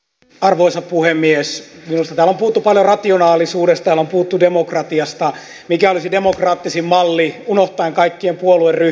minusta täällä on puhuttu paljon rationaalisuudesta täällä on puhuttu demokratiasta mikä olisi demokraattisin malli unohtaen kaikkien puolueryhmät